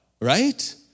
right